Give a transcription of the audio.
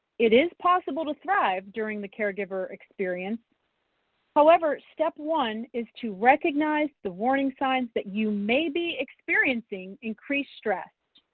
it is possible to thrive during the caregiver experience however, step one is to recognize the warning signs that you may be experiencing increased stress.